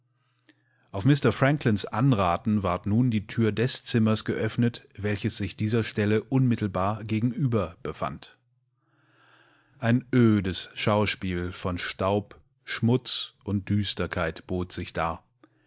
auf mr franklands anraten ward nun die tür des zimmers geöffnet welche sich dieserstelleunmittelbargegenüberbefand ein ödes schauspiel von staub schmutz und düsterkeit bot sich dar